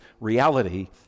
reality